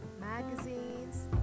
magazines